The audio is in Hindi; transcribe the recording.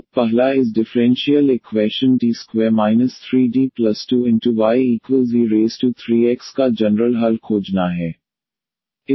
तो पहला इस डिफ़्रेंशियल इक्वैशन D2 3D2ye3x का जनरल हल खोजना है